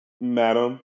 Madam